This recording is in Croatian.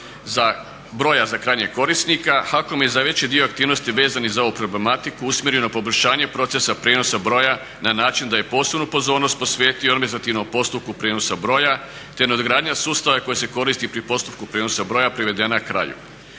broja za krajnjeg korisnika HAKOM je za veći dio aktivnosti vezanih za ovu problematiku usmjerio na poboljšanje procesa prijenosa broja na način da je posebnu pozornost posvetio administrativnom postupku prijenosa broja te nadogradnja sustava koji se koristi pri postupku prijenosa broja privedena je kraju.